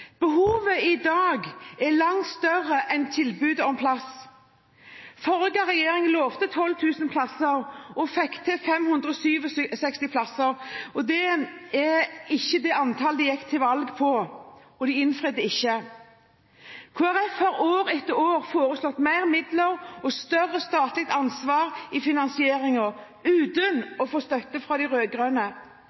Behovet i dag er langt større enn tilbudet om plass. Forrige regjering lovte 12 000 plasser og fikk til 567 plasser. Det er ikke det antallet de gikk til valg på, og de innfridde ikke. Kristelig Folkeparti har år etter år foreslått mer midler og større statlig ansvar i finansieringen uten å få støtte fra de